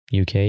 UK